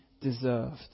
deserved